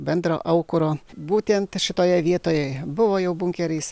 bendro aukuro būtent šitoje vietoje buvo jau bunkeris